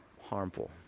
harmful